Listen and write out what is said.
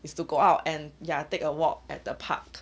is to go out and ya take a walk at the park